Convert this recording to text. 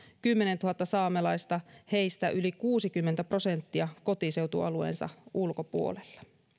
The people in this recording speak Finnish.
kymmenentuhatta saamelaista heistä yli kuusikymmentä prosenttia kotiseutualueensa ulkopuolella